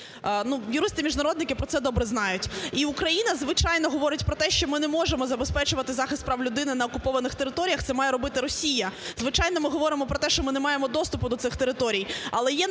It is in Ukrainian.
Юристи-міжнародники про це добре знають. І Україна, звичайно, говорить про те, що ми не можемо забезпечувати захист прав людини на окупованих територіях, це має робити Росія. Звичайно, ми говоримо про те, що ми не маємо доступу до цих територій.